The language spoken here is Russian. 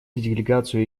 делегацию